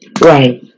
Right